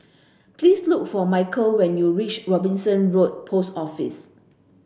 please look for Michael when you reach Robinson Road Post Office